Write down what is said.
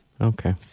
Okay